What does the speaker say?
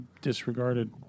disregarded